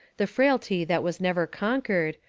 the frailty that was never conquered,